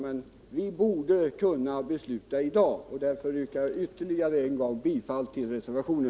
Men vi borde kunna besluta i dag, och därför yrkar jag ytterligare en gång bifall till reservationen.